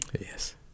Yes